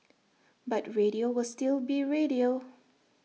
but radio will still be radio